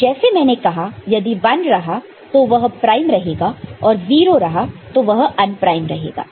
तो जैसे मैंने कहा यदि 1 रहा तो वह प्राइम रहेगा और 0 रहा तो वह अनप्राइम रहेगा